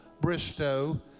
Bristow